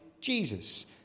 Jesus